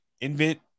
invent